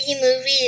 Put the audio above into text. movie